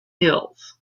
hills